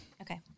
Okay